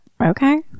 Okay